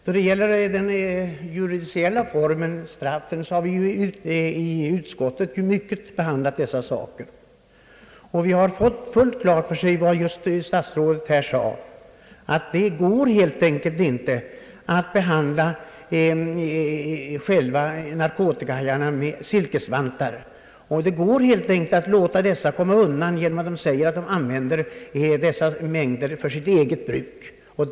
När det gäller den judiciella formen, dvs. straffen, har vi i utskottet mycket utförligt behandlat denna fråga och haft fullt klart för oss vad statsrådet just sade, att det helt enkelt inte går att behandla narkotikahajarna med silkesvantar och att låta dem komma undan, om att de säger, att de använder funna små mängder för sitt eget bruk.